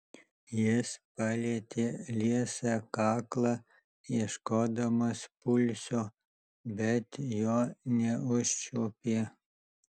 jis palietė liesą kaklą ieškodamas pulso bet jo neužčiuopė